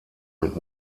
mit